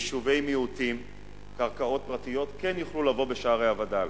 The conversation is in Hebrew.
ביישובי מיעוטים קרקעות פרטיות כן יוכלו לבוא בשערי הווד"לים.